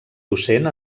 docent